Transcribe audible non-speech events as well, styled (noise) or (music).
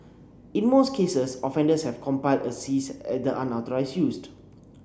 in most cases offenders have complied and ceased (unintelligible) unauthorised used